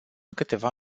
câteva